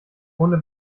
ohne